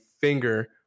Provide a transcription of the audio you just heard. finger